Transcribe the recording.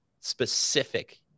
Specific